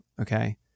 okay